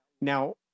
Now